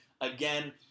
again